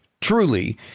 truly